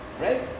right